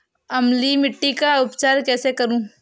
अम्लीय मिट्टी का उपचार कैसे करूँ?